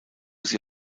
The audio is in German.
sie